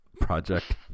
project